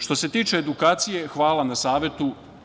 Što se tiče edukacije, hvala na savetu.